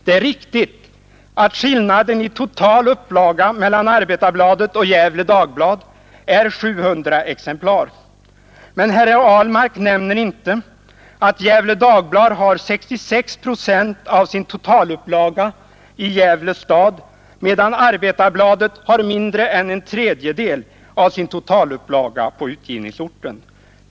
Det är riktigt att skillnaden i total upplaga mellan Arbetarbladet och Gefle Dagblad är 700 exemplar, men herr Ahlmark nämner inte att Gefle Dagblad har 66 procent av sin totalupplaga i Gävle stad, medan Arbetarbladet har mindre än en tredjedel av sin totalupplaga på utgivningsorten.